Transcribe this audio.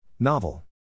Novel